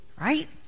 Right